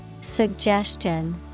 Suggestion